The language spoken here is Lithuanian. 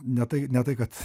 ne tai ne tai kad